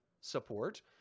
support